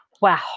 wow